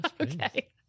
okay